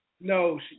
No